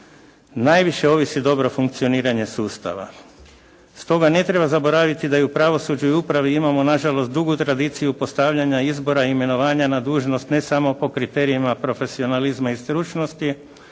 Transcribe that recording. najviše ovisi dobro funkcioniranje sustava. Stoga ne treba zaboraviti da i u pravosuđu i u upravi imamo nažalost dugu tradiciju postavljanja izbora, imenovanja na dužnost ne samo po kriterijima profesionalizma i stručnosti